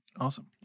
awesome